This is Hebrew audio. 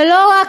ושלא רק